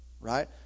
right